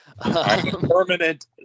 Permanent